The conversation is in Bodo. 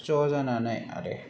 ज' जानानै आरो